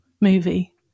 movie